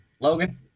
Logan